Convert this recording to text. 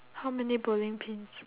how many bowling pins